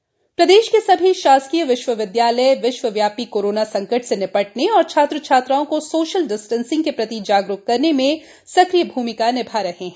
विश्वविदयालय जागरूकता प्रदेश के सभी शासकीय विश्वविदयालय विश्वव्यापी कोरोना संकट से निपटने और छात्र छात्राओं को सोशल डिस्टेंसिंग के प्रति जागरूक बनाने में सक्रिय भूमिका निभा रहे हैं